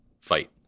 fight